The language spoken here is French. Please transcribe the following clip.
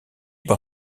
par